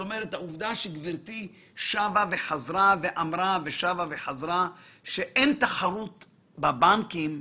העובדה שגברתי שבה וחזרה ואמרה שאין תחרות בבנקים,